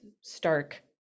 stark